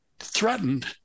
threatened